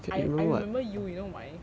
I I remember you you know why